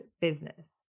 business